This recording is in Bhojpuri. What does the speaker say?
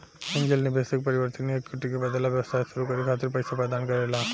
एंजेल निवेशक परिवर्तनीय इक्विटी के बदला व्यवसाय सुरू करे खातिर पईसा प्रदान करेला